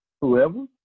whoever